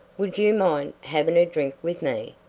would you mind havin' a drink with me?